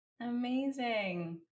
Amazing